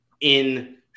in-